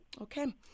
Okay